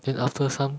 then after some